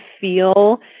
feel